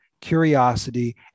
curiosity